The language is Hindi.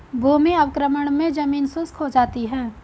भूमि अवक्रमण मे जमीन शुष्क हो जाती है